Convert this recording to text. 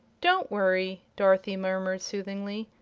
don't worry, dorothy murmured, soothingly,